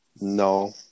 No